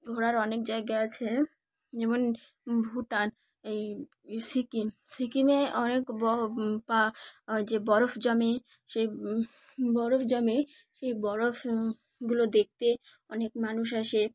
ঘোরার অনেক জায়গা আছে যেমন ভুটান এই সিকিম সিকিমে অনেক বর পা যে বরফ জমে সেই বরফ জমে সেই বরফগুলো দেখতে অনেক মানুষ আসে